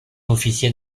officier